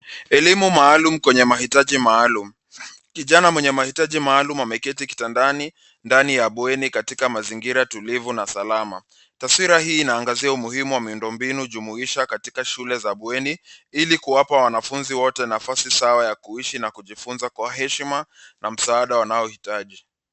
Elimu maalum kwenye mahitaji maalum. Kijana mwenye mahitaji maalum ameketi kitandani ndani ya bweni katika mazingira tulivu na salama. Taswira hii inaangazia umuhimu wa miundombinu jumuisha katika shule za bweni ili kuwapa wanafunzi wote nafasi sawa ya kuishi na kujifunza Kwa heshima na msaada wanahitaji.